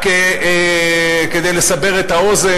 רק כדי לסבר את האוזן,